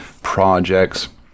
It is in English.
projects